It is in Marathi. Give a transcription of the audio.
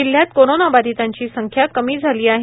जिल्हयात कोरोनाबाधितांची संख्या कमी झाली आहे